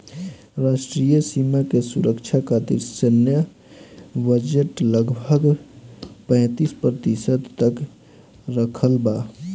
राष्ट्रीय सीमा के सुरक्षा खतिर सैन्य बजट लगभग पैंतीस प्रतिशत तक रखल बा